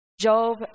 Job